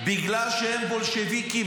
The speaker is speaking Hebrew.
בגלל שהם בולשביקים,